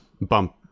bump